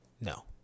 no